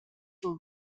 for